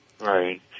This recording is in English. Right